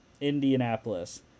Indianapolis